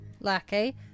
Lucky